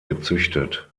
gezüchtet